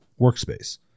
workspace